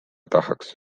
tahaks